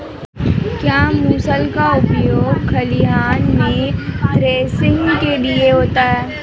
क्या मूसल का उपयोग खलिहान में थ्रेसिंग के लिए होता है?